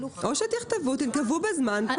או שתנקבו זמן ותכתבו כאן.